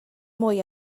mwy